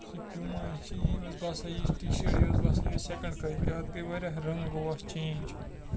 یُس یہِ پیوٗماہِچ چھےٚ یہِ ٲس باسان یِژھ ٹی شٲٹ یہِ ٲس باسان سیکینٛڈ کاپی اَتھ گٔے واریاہ رنٛگ گوٚو اَتھ چینٛج